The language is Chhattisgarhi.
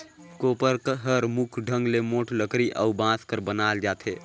कोपर हर मुख ढंग ले मोट लकरी अउ बांस कर बनाल जाथे